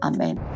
Amen